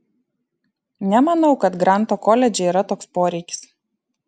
nemanau kad granto koledže yra toks poreikis